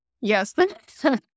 Yes